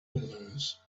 willows